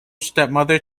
stepmother